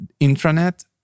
intranet